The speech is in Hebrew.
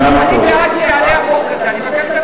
אני בעד שיעלה החוק הזה.